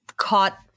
caught